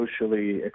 socially